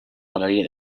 galeria